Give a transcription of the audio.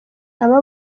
aba